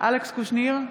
אלכס קושניר,